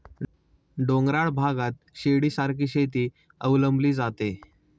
डोंगराळ भागात शिडीसारखी शेती अवलंबली जाते